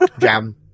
jam